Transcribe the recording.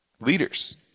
leaders